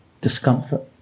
discomfort